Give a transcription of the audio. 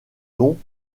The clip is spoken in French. dont